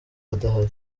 adahari